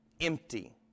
...empty